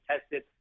tested